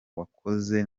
wakoze